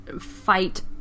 fight